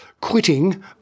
quitting